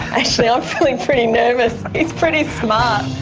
actually i'm feeling pretty nervous. he's pretty smart!